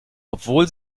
obwohl